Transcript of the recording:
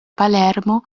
palermo